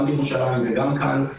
גם בירושלים וגם כאן,